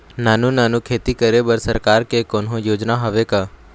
नानू नानू खेती करे बर सरकार के कोन्हो योजना हावे का?